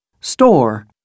Store